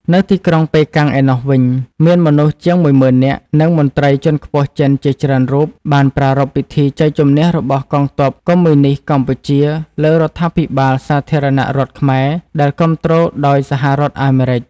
នៅទីក្រុងប៉េកាំងឯណោះវិញ មានមនុស្សជាង ១ ម៉ឺននាក់ និងមន្ត្រីជាន់ខ្ពស់ចិនជាច្រើនរូបបានប្រារព្ធពិធីជ័យជម្នះរបស់កងទ័ពកុម្មុយនីស្តកម្ពុជាលើរដ្ឋាភិបាលសាធារណរដ្ឋខ្មែរដែលគាំទ្រដោយសហរដ្ឋអាមេរិក។